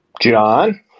John